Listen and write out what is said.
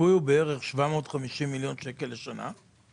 השיפוי הוא בערך 750 מיליון שקל לשנה.